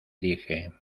dije